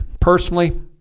personally